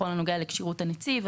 בכל הנוגע לכשירות הנציב.